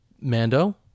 Mando